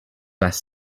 less